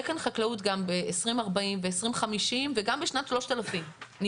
כאן חקלאות גם ב-2040 ו-2050 וגם בשנת 3000. אני